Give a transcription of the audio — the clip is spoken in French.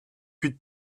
huit